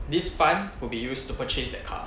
this fund will be used to purchase the car